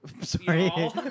sorry